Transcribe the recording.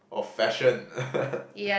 of fashion